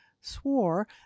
swore